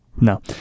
No